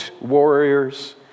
warriors